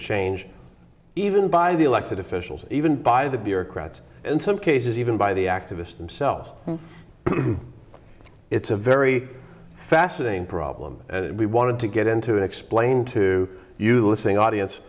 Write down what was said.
change even by the elected officials even by the bureaucrats in some cases even by the activists themselves it's a very fascinating problem and we wanted to get into and explain to you listening audience